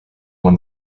when